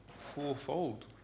fourfold